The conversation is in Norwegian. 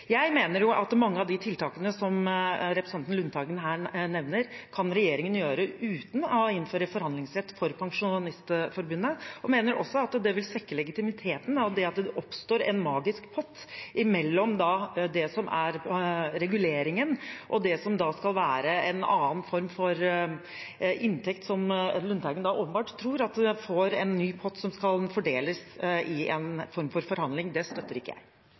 Jeg mener at mange av de tiltakene som representanten Lundteigen her nevner, kan regjeringen gjøre uten å innføre forhandlingsrett for Pensjonistforbundet. Jeg mener også at det vil svekke legitimiteten at det oppstår en magisk pott mellom det som er reguleringen, og det som skal være en annen form for inntekt, som representanten Lundteigen åpenbart tror er en ny pott som skal fordeles i en form for forhandling. Det støtter ikke jeg.